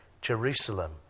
Jerusalem